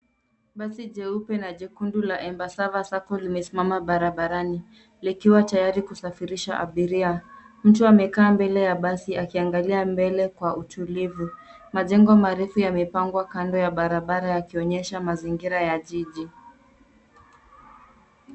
Basi jeupe na jekundu la embasava sacco limesimama barabarani. Likiwa tayari kusafirisha abiria. Mtu amekaa mbele ya basi akiangalia mbele kwa utulivu. Majengo marefu yamepangwa kando ya barabara yakionyesha mazingira ya jiji.